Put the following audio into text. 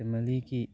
ꯐꯦꯃꯤꯂꯤꯒꯤ